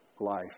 life